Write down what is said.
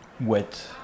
wet